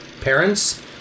Parents